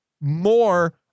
more